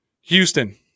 Houston